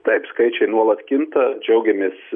taip skaičiai nuolat kinta džiaugiamės